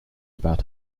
about